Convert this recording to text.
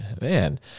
man